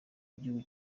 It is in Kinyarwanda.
igihugu